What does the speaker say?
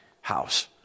house